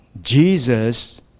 Jesus